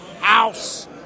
house